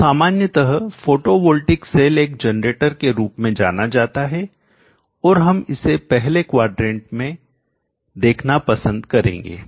तो सामान्यतः photovoltaic cell एक जनरेटर के रूप में जाना जाता है और हम इसे पहले क्वाड्रेंट चतुर्थांश में देखना पसंद करेंगे